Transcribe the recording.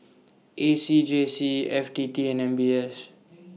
A C J C F T T and M B S